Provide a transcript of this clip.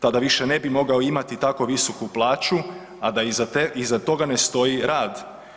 Tada više ne bi mogao imati tako visoku plaću, a da iza toga ne stoji rad.